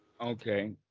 Okay